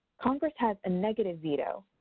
congress has a negative veto,